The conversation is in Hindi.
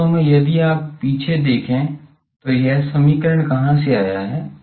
वास्तव में यदि आप पीछे देखें तो यह समीकरण कहाँ से आया है